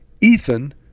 Ethan